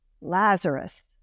Lazarus